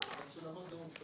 בסולמות הדירוג.